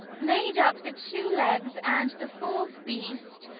made up the two legs, and the fourth beast,